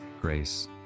grace